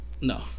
No